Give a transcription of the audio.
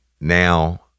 now